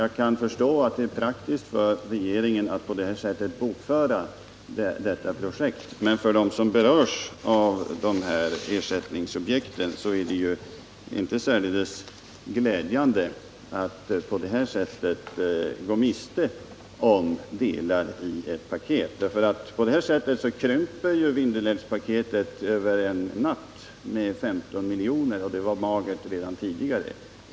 Jag kan förstå att det är praktiskt för regeringen att bokföra projektet på detta sätt, men för dem som berörs är det ju inte särdeles glädjande att de går miste om delar i Vindelälvspaketet. Detta krymper nämligen härigenom över en natt med 15 milj.kr., och det var magert redan tidigare.